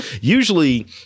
Usually